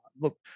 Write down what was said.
Look